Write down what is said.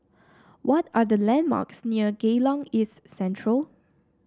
what are the landmarks near Geylang East Central